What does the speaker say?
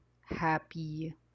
happy